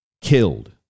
killed